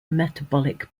metabolic